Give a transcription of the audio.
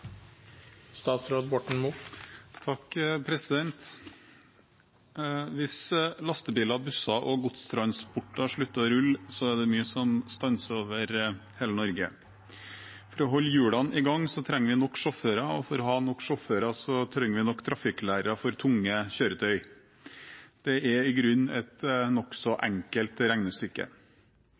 det mye som stanser over hele Norge. For å holde hjulene i, gang trenger vi nok sjåfører, og for å ha nok sjåfører, trenger vi nok trafikklærere for tunge kjøretøy. Det er i grunnen et nokså enkelt regnestykke.